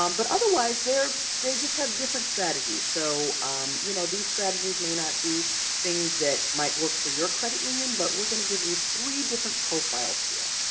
um but otherwise they just have different strategies. so you know these strategies may not be things that might work for your credit union, but we're going to give you three different profiles here.